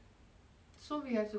so we have to connect to the router